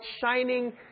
shining